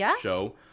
show